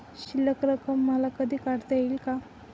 शिल्लक रक्कम मला कधी काढता येईल का?